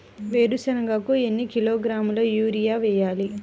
వేరుశనగకు ఎన్ని కిలోగ్రాముల యూరియా వేయాలి?